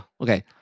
Okay